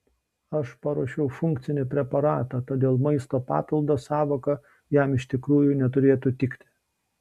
aš paruošiau funkcinį preparatą todėl maisto papildo sąvoka jam iš tikrųjų neturėtų tikti